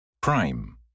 Prime